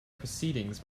proceedings